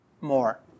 more